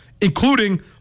including